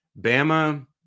Bama